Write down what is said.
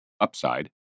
Upside